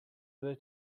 due